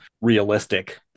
realistic